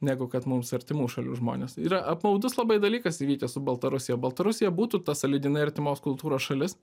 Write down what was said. negu kad mums artimų šalių žmonės yra apmaudus labai dalykas įvykęs su baltarusija baltarusija būtų ta sąlyginai artimos kultūros šalis